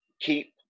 keep